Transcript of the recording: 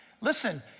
Listen